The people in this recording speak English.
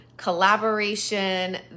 collaboration